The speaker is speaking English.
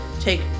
take